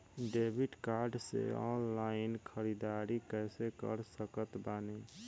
Debit card से online ख़रीदारी कैसे कर सकत बानी?